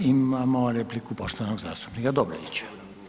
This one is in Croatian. Imamo repliku poštovanog zastupnika Dobrovića.